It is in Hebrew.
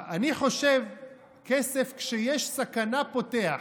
אני חושב שכס"ף, כשיש סכנה פותח,